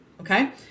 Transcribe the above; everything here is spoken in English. okay